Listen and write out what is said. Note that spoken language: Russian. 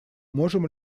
можем